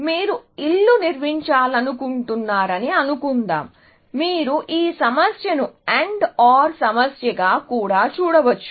మీరు ఇల్లు నిర్మించాలనుకుంటున్నారని అనుకుందాం మీరు ఈ సమస్యను AND OR సమస్యగా కూడా చూపవచ్చు